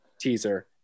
teaser